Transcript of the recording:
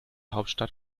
hauptstadt